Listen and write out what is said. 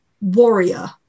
Warrior